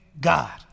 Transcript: God